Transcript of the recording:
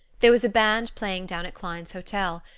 there was a band playing down at klein's hotel,